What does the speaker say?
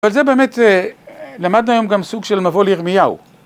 אבל זה באמת, למדנו היום גם סוג של מבוא לירמיהו.